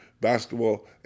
basketball